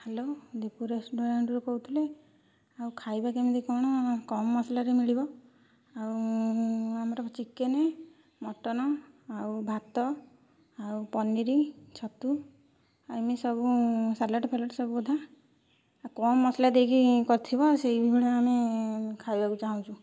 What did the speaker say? hello Dipu ରେଷ୍ଟୁରାଣ୍ଟରୁ କହୁଥିଲେ ଆଉ ଖାଇବା କେମିତି କ'ଣ କମ୍ ମସଲାରେ ମିଳିବ ଆଉ ଆମର ଚିକେନ୍ ମଟନ୍ ଆଉ ଭାତ ଆଉ ପନିର ଛତୁ ଏମିତି ସବୁ ସାଲାଡ଼୍ ଫାଲାଡ଼୍ ସବୁ ବୋଧେ ଆଉ କମ୍ ମସଲା ଦେଇକି କରିଥିବ ସେଇଭଳିଆ ଖାଇବାକୁ ଚାହୁଁଛୁ